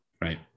right